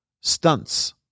stunts